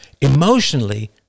Emotionally